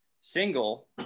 single